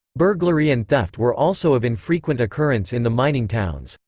burglary and theft were also of infrequent occurrence in the mining towns.